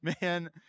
man